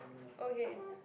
okay